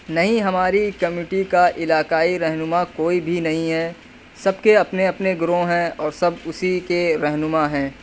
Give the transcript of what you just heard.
نہیں ہماری کمیونٹی کا علاقائی رہنما کوئی بھی نہیں ہے سب کے اپنے اپنے گروہ ہیں اور سب اسی کے رہنما ہیں